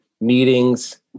meetings